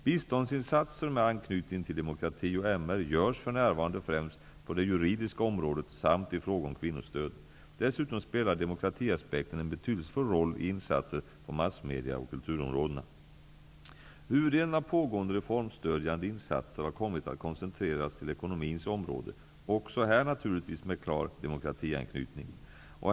Biståndsinsatser med anknytning till demokrati och mänskliga rättigheter görs för närvarande främst på det juridiska området samt i fråga om kvinnostöd. Dessutom spelar demokratiapsekten en betydelsefull roll i insatser på massmedie och kulturområdena. Huvuddelen av pågående reformstödjande insatser har kommit att koncentreras till ekonomins område, också här naturligtvis med klar demokratianknytning.